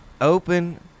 open